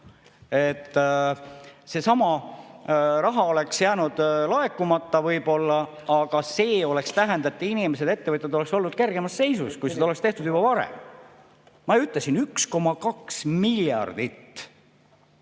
Seesama raha oleks jäänud võib-olla laekumata, aga see oleks tähendanud, et inimesed ja ettevõtjad oleksid olnud kergemas seisus, kui seda oleks tehtud juba varem. Ma ju ütlesin, et 1,2 miljardit